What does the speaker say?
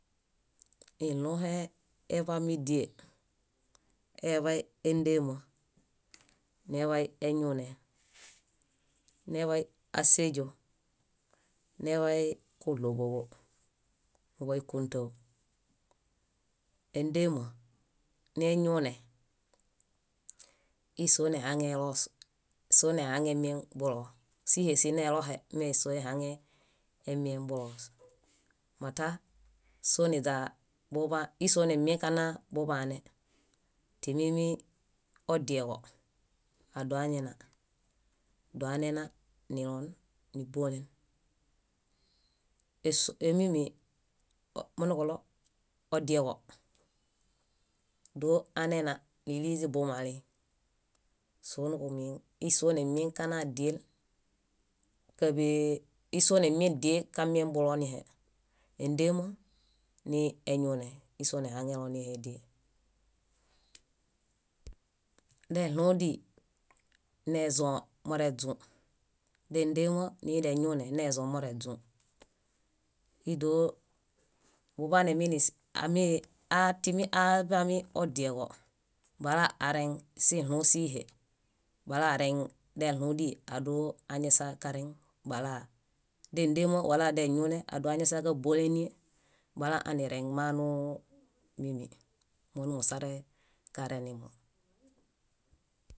Iɭũhe eḃami díe: eḃay éndema, neḃay eñune, neḃay áseźo, neḃay kuɭoḃoḃo, muḃay kúntau. Éndema ni eñune íi sonehaŋeloos, sonehaŋemieŋ buloos. Síihe sinelohe me soihaŋemiembuloos mata soniźa bu- íi- sonehemĩkana buḃane. Timi odieġo adoañana. Doanena nilon níbolen. Es- e- mími munuġuɭo odieġo, doanena níliźibumali. Soniġumieŋ íi sonemiẽkana díe káḃee íi sonemieŋ díe kamiẽbulonihe: éndema ni eñune íi sóo ehaŋelonihe. Deɭũ díi nezomoreźũ, déendema ni deñune nezomoreźũ. Íi dóo buḃane miini amii atimi aaźami odieġo, balareŋ siɭũ síihe, balareŋ aa dóo añasakareŋ balaa déndema wala deñune aa dóo añasa kábolenie bala anireŋ manu mími. Monumusare karenimo.